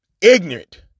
ignorant